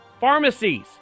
pharmacies